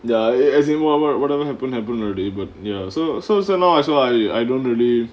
ya a~ as in what whatever happened happen already but ya so so so now I also I I don't really